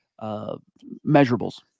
measurables